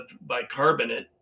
bicarbonate